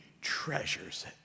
treasures